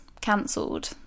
cancelled